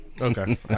Okay